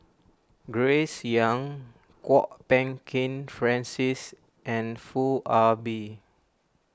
Grace Young Kwok Peng Kin Francis and Foo Ah Bee